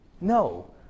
no